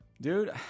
Dude